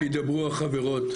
שידברו החברות.